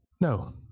No